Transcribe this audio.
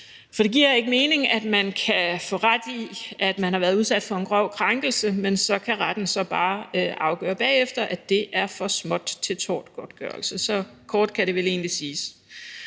for det giver ikke mening, at man kan få ret i, at man har været udsat for en grov krænkelse, og at retten bagefter så bare kan afgøre, at det er for småt til tortgodtgørelse. Så kort kan det vel egentlig siges.